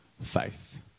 faith